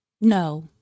no